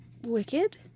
wicked